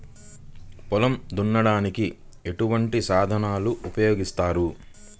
పొలం దున్నడానికి ఎటువంటి సాధనలు ఉపకరిస్తాయి?